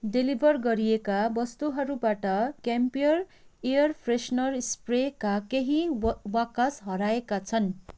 deliver गरिएका वस्तुहरूबाट Campure air freshener स्प्रेका केही ब बाकस हराएका छन्